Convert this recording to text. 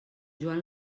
joan